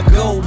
go